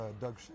Doug